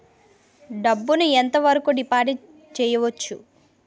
డబ్బు ను ఎంత వరకు డిపాజిట్ చేయవచ్చు?